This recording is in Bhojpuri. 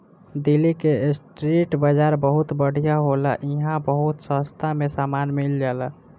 दिल्ली के स्ट्रीट बाजार बहुत बढ़िया होला इहां बहुत सास्ता में सामान मिल जाला